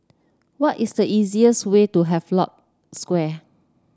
what is the easiest way to Havelock Square